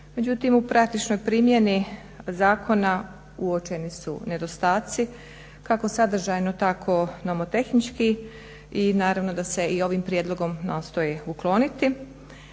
Međutim, u praktičnoj primjeni zakona uočeni su nedostaci kako sadržajno, tako nomotehnički i naravno da se i ovim prijedlogom nastoji ukloniti.